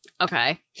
Okay